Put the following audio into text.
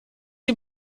die